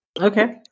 Okay